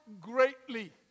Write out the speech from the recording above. greatly